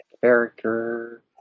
character